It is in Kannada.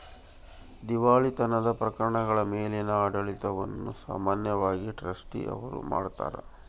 ದಿವಾಳಿತನದ ಪ್ರಕರಣಗಳ ಮೇಲಿನ ಆಡಳಿತವನ್ನು ಸಾಮಾನ್ಯವಾಗಿ ಟ್ರಸ್ಟಿ ಅವ್ರು ಮಾಡ್ತಾರ